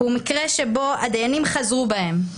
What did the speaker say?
הוא מקרה שבו הדיינים חזרו בהם.